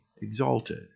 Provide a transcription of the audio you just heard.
exalted